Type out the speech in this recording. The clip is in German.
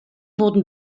wurden